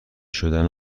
شدن